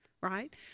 right